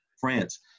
France